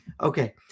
Okay